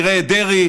נראה את דרעי,